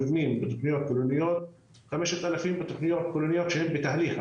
זה מה שאני מבינה ממה שאתה כתבת,